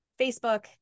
Facebook